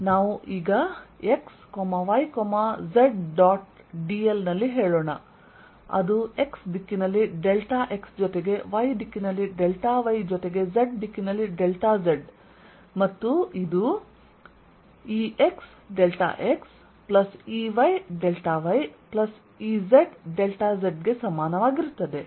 ನಾವು ಈಗ x y z dot dl ನಲ್ಲಿ ಹೇಳೋಣ ಅದು x ದಿಕ್ಕಿನಲ್ಲಿ ಡೆಲ್ಟಾ x ಜೊತೆಗೆ y ದಿಕ್ಕಿನಲ್ಲಿ ಡೆಲ್ಟಾ y ಜೊತೆಗೆ z ದಿಕ್ಕಿನಲ್ಲಿ ಡೆಲ್ಟಾ z ಮತ್ತು ಇದು ExxEyyEzz ಗೆ ಸಮಾನವಾಗಿರುತ್ತದೆ